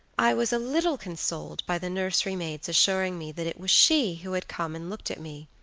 i was a little consoled by the nursery maid's assuring me that it was she who had come and looked at me,